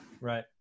Right